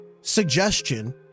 suggestion